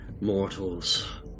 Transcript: mortals